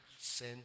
sin